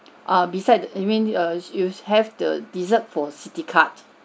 err beside th~ you mean err you have the dessert for citI card